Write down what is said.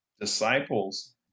disciples